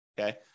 okay